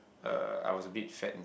uh I was a bit fat